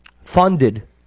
funded